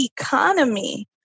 economy